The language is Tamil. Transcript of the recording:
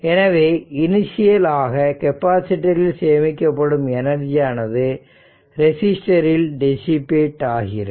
எனவே இனிஷியல் ஆக கெப்பாசிட்டர் ல் சேமிக்கப்படும் எனர்ஜியானது ரெசிஸ்டரில் டிசிபேட் ஆகிறது